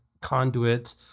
Conduit